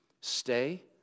Stay